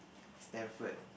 Stanford